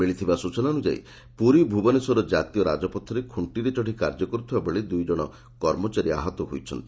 ମିଳିଥିବା ସୂଚନା ଅନୁଯାୟୀ ପୁରୀ ଭୁବନେଶ୍ୱର କାତୀୟ ରାକପଥରେ ଖୁକ୍ଷିରେ ଚଢ଼ି କାର୍ଯ୍ୟ କରୁଥିବାବେଳେ ଦୁଇ କଶ କର୍ମଚାରୀ ଆହତ ହୋଇଛନ୍ତି